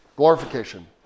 Glorification